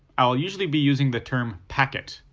i'll usually be using the term packet,